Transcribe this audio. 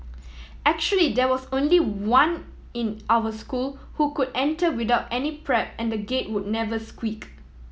actually there was only one in our school who could enter without any prep and the Gate would never squeak